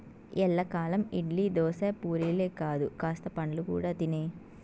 ఎల్లకాలం ఇడ్లీ, దోశ, పూరీలే కాదు కాస్త పండ్లు కూడా తినే